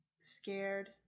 scared